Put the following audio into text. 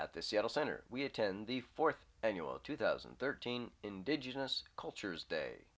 at the seattle center we attend the fourth annual two thousand and thirteen indigenous cultures day